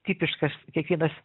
tipiškas kiekvienas